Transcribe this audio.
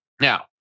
Now